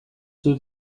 dut